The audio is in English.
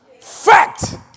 Fact